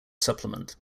supplement